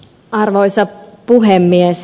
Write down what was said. arvoisa puhemies